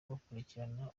bakurikirana